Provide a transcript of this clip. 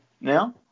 now